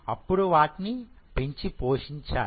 అప్పుడు వాటిని పెంచి పోషించాలి